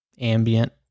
ambient